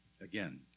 again